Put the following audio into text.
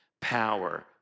power